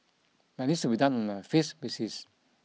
but needs be done on a phase basis